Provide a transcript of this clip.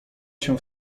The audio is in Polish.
się